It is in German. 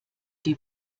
die